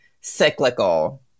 cyclical